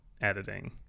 editing